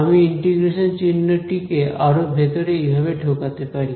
আমি ইন্টিগ্রেশন চিহ্নটি কে আরো ভেতরে এইভাবে ঢোকাতে পারি